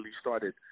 started